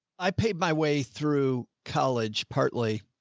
i paid my way through college, partly.